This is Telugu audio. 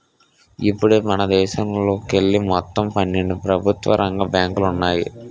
ఇప్పుడు మనదేశంలోకెళ్ళి మొత్తం పన్నెండు ప్రభుత్వ రంగ బ్యాంకులు ఉన్నాయి